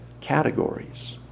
categories